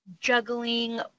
juggling